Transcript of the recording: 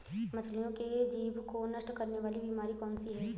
मछलियों के जीभ को नष्ट करने वाली बीमारी कौन सी है?